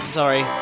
sorry